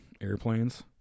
Airplanes